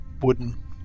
wooden